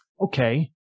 Okay